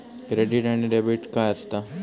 Credit आणि debit काय असता?